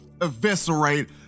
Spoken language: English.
eviscerate